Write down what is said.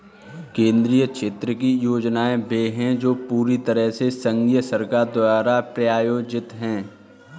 केंद्रीय क्षेत्र की योजनाएं वे है जो पूरी तरह से संघीय सरकार द्वारा प्रायोजित है